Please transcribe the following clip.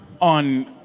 on